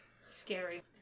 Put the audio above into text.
Scary